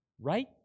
right